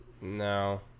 No